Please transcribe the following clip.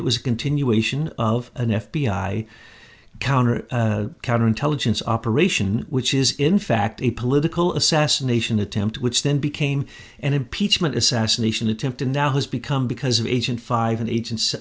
it was a continuation of an f b i counter counterintelligence operation which is in fact a political assassination attempt which then became an impeachment assassination attempt and now has become because of agent five agents